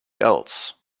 else